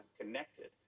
connected